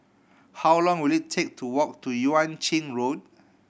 how long will it take to walk to Yuan Ching Road